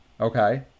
Okay